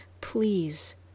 Please